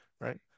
right